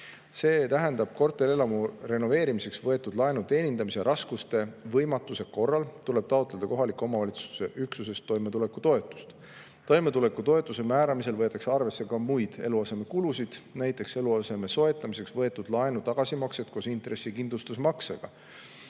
See tähendab, et korterelamu renoveerimiseks võetud laenu teenindamise raskuste või võimatuse korral tuleb taotleda kohaliku omavalitsuse üksusest toimetulekutoetust. Toimetulekutoetuse määramisel võetakse arvesse ka muid eluasemekulusid, näiteks eluaseme soetamiseks võetud laenu tagasimakset koos intressi- ja kindlustusmaksega.